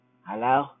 Hello